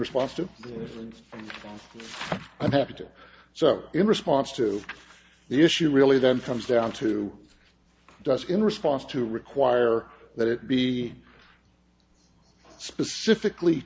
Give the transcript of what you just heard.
response to and happy to do so in response to the issue really then comes down to does in response to require that it be specifically